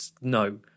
no